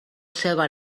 ceba